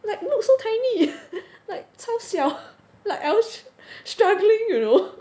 like look so tiny like 超小 like I was struggling you know